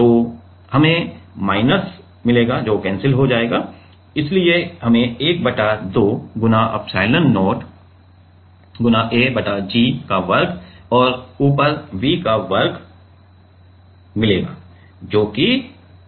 तो हमें माइनस मिलेगा जो कैंसिल हो जायेगा इसलिए हमें १ बटा 2 गुणा एप्सिलोन0 A बटा g का वर्ग और ऊपर V का वर्ग मिलेगा जो कि बल है